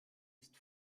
ist